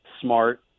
smart